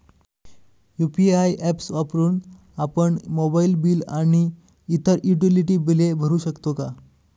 UPI apps वापरून आपण mobile bill आणि इतर युटिलिटी बिले भरू शकतो